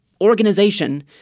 organization